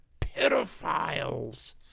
pedophiles